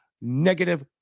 negative